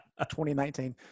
2019